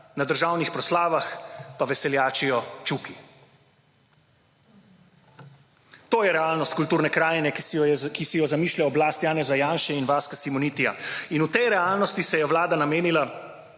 na državnih proslavah pa veseljačijo Čuki. To je realnost kulturne krajine, ki si jo zamišlja oblast Janeza Janše in Vaska Simonitija. In v tej realnosti se je vlada namenila